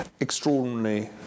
extraordinarily